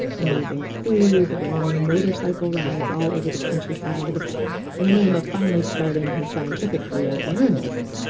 amazing food, long motorcycle rides all over the countryside in the name of finally starting his scientific career in earnest.